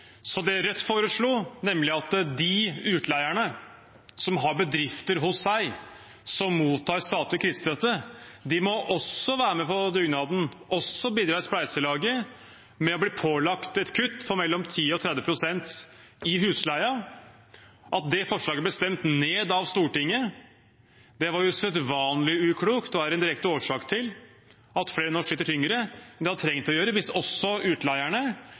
Rødt foreslo nemlig at de utleierne som har bedrifter hos seg som mottar statlig krisestøtte, også må være med på dugnaden, bidra i spleiselaget, ved å bli pålagt et kutt på mellom 10 pst. og 30 pst. i husleie. At det forslaget ble stemt ned av Stortinget, var usedvanlig uklokt og er en direkte årsak til at flere nå sliter tyngre enn de hadde trengt å gjøre hvis også utleierne